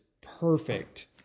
perfect